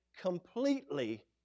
completely